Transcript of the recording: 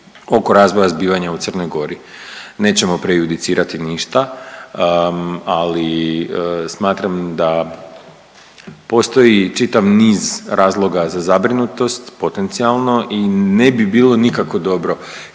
oko razvoja zbivanja u Crnoj Gori. Nećemo prejudicirati ništa, ali smatram da postoji čitav niz razloga za zabrinutost potencijalno i ne bi bilo nikako dobro